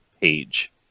page